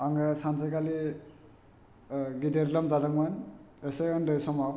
आङो सानसेखालि गिदिर लोमजादोंमोन एसे उन्दै समाव